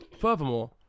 furthermore